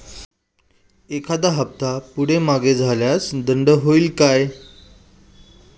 एखादा हफ्ता पुढे मागे झाल्यास दंड होईल काय?